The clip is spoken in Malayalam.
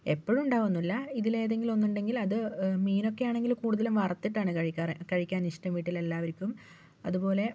എപ്പോഴും ഉണ്ടാകുമെന്നൊന്നുമില്ല ഇതിൽ ഏതെങ്കിലുമൊന്നുണ്ടെങ്കിൽ അത് മീനൊക്കെയാണെങ്കിൽ കൂടുതലും വറുത്തിട്ടാണ് കഴിക്കാറ് കഴിക്കാനിഷ്ടം വീട്ടിലെല്ലാവർക്കും അതുപോലെ